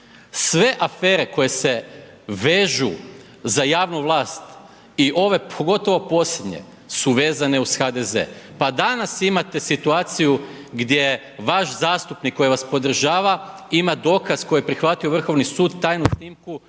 sve afere koje se vežu za javnu vlasti ove pogotovo posljednje su vezane uz HDZ, pa danas imate situaciju gdje vaš zastupnik koji vas podržava ima dokaz koji je prihvatio Vrhovni sud tajnu snimku